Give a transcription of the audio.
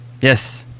yes